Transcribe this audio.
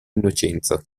innocenza